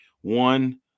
One